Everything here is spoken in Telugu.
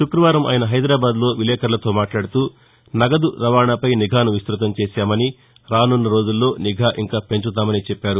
శుక్రవారం ఆయన హైదరాబాద్లో విలేకరులతో మాట్లాడుతూ నగదు రవాణాపై నిఘాను విస్తృతం చేశామని రానున్న రోజుల్లో నిఘా ఇంకా పెంచుతామని చెప్పారు